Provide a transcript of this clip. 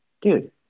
dude